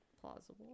plausible